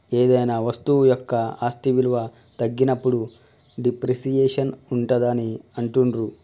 ఏదైనా వస్తువు యొక్క ఆస్తి విలువ తగ్గినప్పుడు డిప్రిసియేషన్ ఉంటాదని అంటుండ్రు